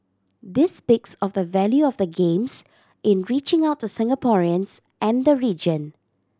this speaks of the value of the Games in reaching out to Singaporeans and the region